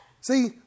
See